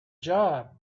job